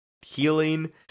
healing